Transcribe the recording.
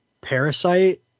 parasite